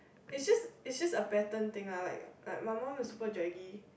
it just it just a pattern thing lah like my mum is super draggy